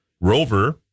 Rover